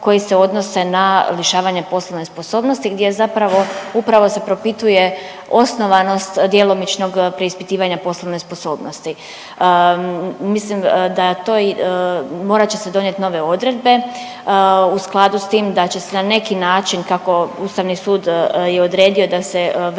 koji se odnose na lišavanje poslovne sposobnosti gdje zapravo upravo se propituje osnovanost djelomičnog preispitivanja poslovne sposobnosti. Mislim da to, morat će se donijeti nove odredbe, u skladu s tim da će se na neki način, kako Ustavni sud je odredio da se vrati